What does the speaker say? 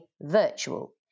virtual